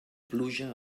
pluja